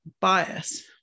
bias